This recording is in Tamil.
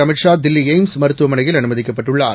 அமித்ஷா தில்லிஎய்ம்ஸ்மருத்துவமனையில்அனுமதிக்கப்பட்டுள்ளார்